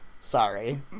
Sorry